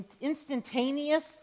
instantaneous